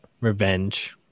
revenge